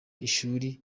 ishuri